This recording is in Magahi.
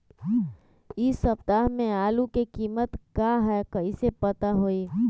इ सप्ताह में आलू के कीमत का है कईसे पता होई?